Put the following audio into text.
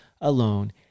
alone